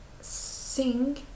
sing